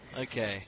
Okay